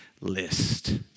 list